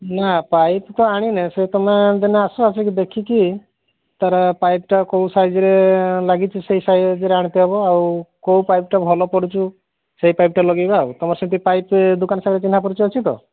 ନା ପାଇପ୍ ତ ଆଣିନେ ସେ ତୁମେ ଦିନେ ଆସ ଆସିକି ଦେଖିକି ତାର ପାଇପ୍ଟା କେଉଁ ସାଇଜରେ ଲାଗିଛି ସେଇ ସାଇଜରେ ଆଣିତେ ହେବ ଆଉ କେଉଁ ପାଇପ୍ଟା ଭଲ ପଡ଼ୁଛୁ ସେଇ ପାଇପ୍ଟା ଲଗେଇବା ଆଉ ତୁମର ସେଠି ପାଇପ୍ ଦୋକାନ ସହିତ ଚିହ୍ନାପରିଚୟ ଅଛି ତ